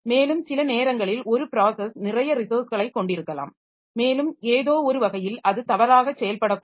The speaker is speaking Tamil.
மேலும் சில நேரங்களில் ஒரு ப்ராஸஸ் நிறைய ரிசோர்ஸ்களைக் கொண்டிருக்கலாம் மேலும் ஏதோவொரு வகையில் அது தவறாக செயல்படக்கூடும்